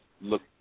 look